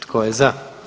Tko je za?